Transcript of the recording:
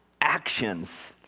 actions